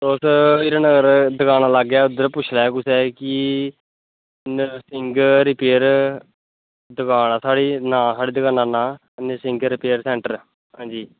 तोस हीरानगर दकान लागै उधर पुच्छ लैओ कुसै गी केह् नरसिंह रिपेयर दकान ऐ साढ़ी नांऽ साढ़ी दकाना दा नांऽ नरसिंह रिपेयर सैंटर हां जी